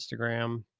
Instagram